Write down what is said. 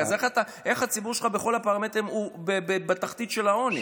איך הציבור שלך בכל הפרמטרים הוא בתחתית של העוני?